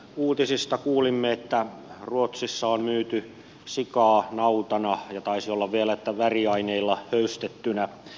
uutisista kuulimme että ruotsissa on myyty sikaa nautana taisi olla vielä väriaineilla höystettynä